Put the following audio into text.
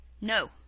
No